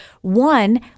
one